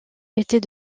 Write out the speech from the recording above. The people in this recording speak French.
était